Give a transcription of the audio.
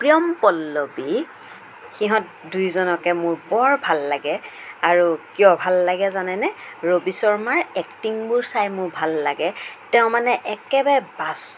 প্ৰিয়ম পল্লৱী সিহঁত দুইজনকে মোৰ বৰ ভাল লাগে আৰু কিয় ভাল লাগে জানেনে ৰবি শৰ্মাৰ এক্টিংবোৰ চাই মোৰ ভাল লাগে তেওঁ মানে একেবাৰে